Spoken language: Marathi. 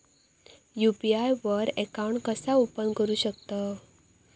यू.पी.आय वर अकाउंट कसा ओपन करू शकतव?